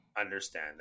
understand